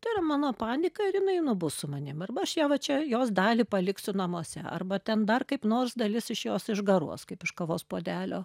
tai yra mano panika ir jinai nu bus su manim arba aš ją va čia jos dalį paliksiu namuose arba ten dar kaip nors dalis iš jos išgaruos kaip iš kavos puodelio